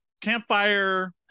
campfire